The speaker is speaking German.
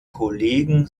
kollegen